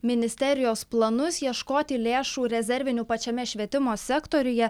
ministerijos planus ieškoti lėšų rezervinių pačiame švietimo sektoriuje